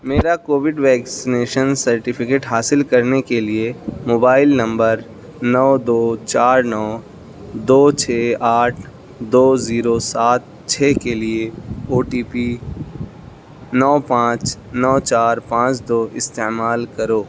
میرا Covid vaccination certificate حاصل کرنے کے لیے موبائل نمبر نو دو چار نو دو چھ آٹھ دو زیرو سات چھ کے لیے او ٹی پی نو پانچ نو چار پانچ دو استعمال کرو